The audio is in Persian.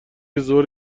ظهر